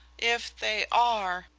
if they are!